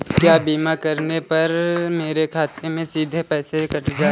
क्या बीमा करने पर मेरे खाते से सीधे पैसे कट जाएंगे?